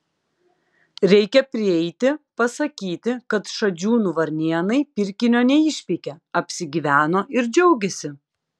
reikia prieiti pasakyti kad šadžiūnų varnėnai pirkinio neišpeikė apsigyveno ir džiaugiasi